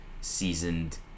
seasoned